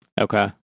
Okay